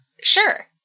sure